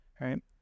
Right